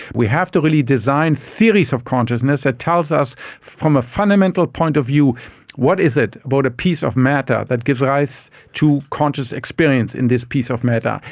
we have to really design theories of consciousness that tells us from a fundamental point of view what is it about a piece of matter that gives rise to conscious experience in this piece of matter,